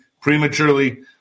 prematurely